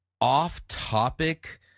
off-topic